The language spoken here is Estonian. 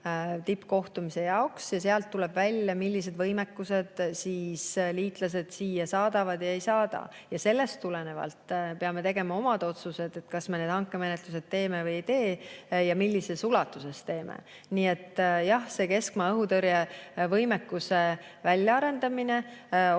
tippkohtumise jaoks ja seal tuleb välja, millised võimekused liitlased siia saadavad ja mida ei saada. Sellest tulenevalt peame tegema omad otsused, kas me need hankemenetlused teeme või ei tee ja millises ulatuses me neid teeme. Nii et jah, keskmaa õhutõrje võimekuse väljaarendamise otsus